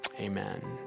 Amen